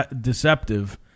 deceptive